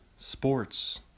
Sports